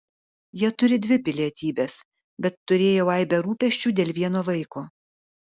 jie turi dvi pilietybes bet turėjau aibę rūpesčių dėl vieno vaiko